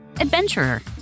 Adventurer